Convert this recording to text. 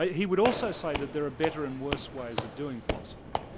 ah he would also say that there are better and worse ways of doing philosophy.